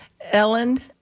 Ellen